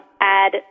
add